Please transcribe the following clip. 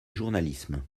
journalisme